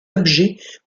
objet